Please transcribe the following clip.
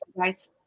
guys